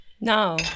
no